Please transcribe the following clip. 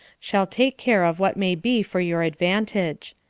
shall take care of what may be for your advantage.